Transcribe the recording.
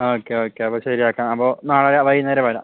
okay okay അപ്പോൾ ശരിയാക്കാം അപ്പോൾ നാളെ വൈകുന്നേരം വരാം